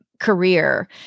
career